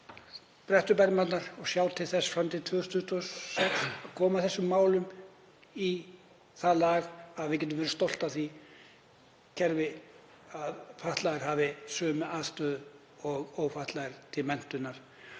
bretta upp ermarnar og sjá til þess fram til 2026 að koma þessum málum í það gott lag að við getum verið stolt af því kerfi og að fatlaðir hafi sömu aðstöðu og ófatlaðir til menntunar?